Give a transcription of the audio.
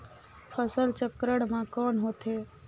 फसल चक्रण मा कौन होथे?